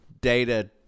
data